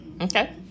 Okay